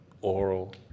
oral